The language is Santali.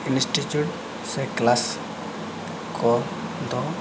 ᱤᱱᱥᱴᱤᱴᱤᱭᱩᱴ ᱥᱮ ᱠᱮᱞᱟᱥ ᱠᱚ ᱫᱚ